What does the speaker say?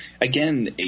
again